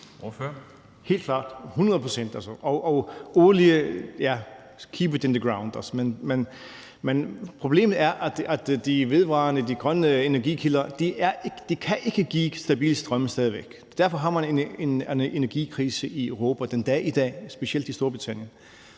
Helt klart, hundrede procent. Og i forhold til olie: Keep it in the ground! Men problemet er, at de vedvarende grønne energikilder stadig væk ikke kan give stabil strøm. Derfor har man en energikrise i Europa den dag i dag, specielt i Storbritannien.